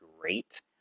great